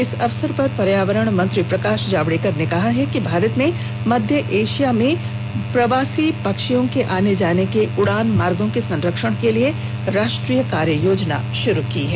इस अवसर पर पर्यावरण मंत्री प्रकाश जावड़ेकर ने कहा है कि भारत ने मध्य एशिया में प्रवासी पक्षियों के आने जाने के उड़ान मार्गो के संरक्षण के लिए राष्ट्रीय कार्य योजना शुरू की है